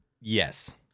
Yes